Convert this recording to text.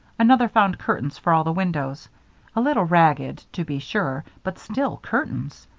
another found curtains for all the windows a little ragged, to be sure, but still curtains.